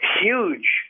huge